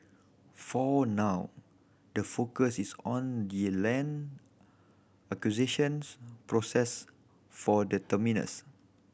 for now the focus is on the land acquisitions process for the terminus